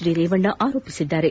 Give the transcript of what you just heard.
D Revanna ಆರೋಪಿಸಿದ್ದಾರೆ